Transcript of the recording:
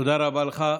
תודה רבה לך.